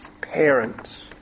parents